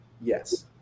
Yes